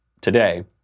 today